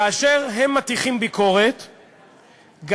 כאשר הם מטיחים ביקורת גסה,